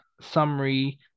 summary